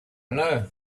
know